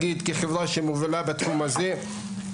כחברה שמובילה בתחום הזה,